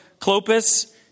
Clopas